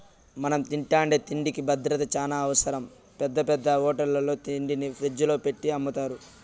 మనం తింటాండే తిండికి భద్రత చానా అవసరం, పెద్ద పెద్ద హోటళ్ళల్లో తిండిని ఫ్రిజ్జుల్లో పెట్టి అమ్ముతారు